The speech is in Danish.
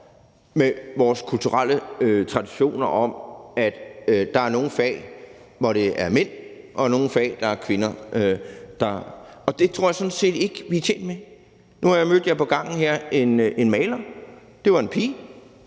med vores kulturelle traditioner om, at der er nogle fag, hvor det er mænd, og nogle fag, hvor det er kvinder, for det tror jeg sådan set ikke vi er tjent med. Nu mødte jeg på gangen her en maler. Det var en pige.